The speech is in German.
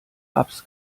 apps